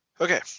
okay